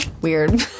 weird